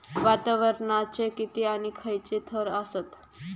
वातावरणाचे किती आणि खैयचे थर आसत?